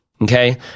okay